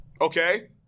Okay